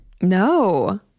No